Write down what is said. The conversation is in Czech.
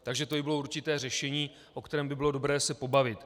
Takže to by bylo určité řešení, o kterém by bylo dobré se pobavit.